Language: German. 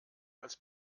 als